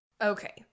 Okay